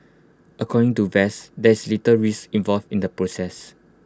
according to vets there is little risk involved in the process